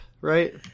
right